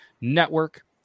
Network